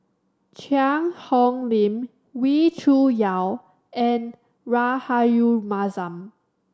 Cheang Hong Lim Wee Cho Yaw and Rahayu Mahzam